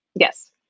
Yes